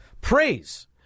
praise